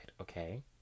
okay